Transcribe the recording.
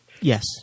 Yes